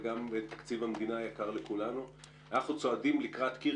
וגם תקציב המדינה יקר לכולנו אנחנו צועדים לקראת קיר.